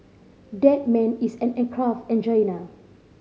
that man is an aircraft engineer